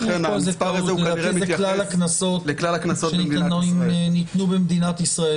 לדעתי זה כלל הקנסות שניתנו במדינת ישראל,